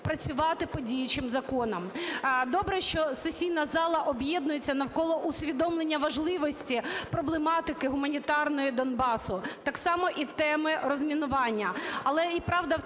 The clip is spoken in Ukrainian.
Добре, що сесійна зала об'єднується навколо усвідомлення важливості проблематики гуманітарної Донбасу, так само і теми розмінування.